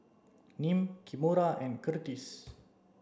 Nim Kimora and Kurtis